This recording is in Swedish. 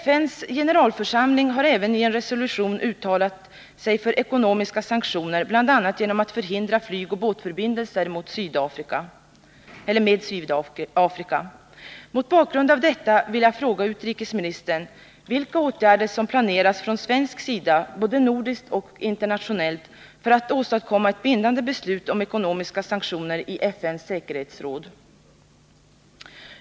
FN:s generalförsamling har även i en resolution uttalat sig för ekonomiska sanktioner, bl.a. genom att förhindra flygoch båtförbindelser med Sydafrika. Mot bakgrund av detta vill jag fråga utrikesministern: Vilka åtgärder planeras från svensk sida, både nordiskt och internationellt, för att åstadkomma ett bindande beslut om ekonomiska sanktioner i FN:s säkerhetsråd?